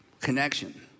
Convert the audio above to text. connection